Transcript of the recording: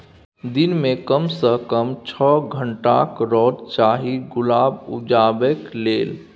दिन मे कम सँ कम छअ घंटाक रौद चाही गुलाब उपजेबाक लेल